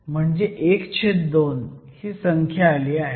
म्हणजे ½ ही संख्या आली आहे